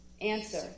Answer